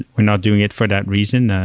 we're not doing it for that reason. ah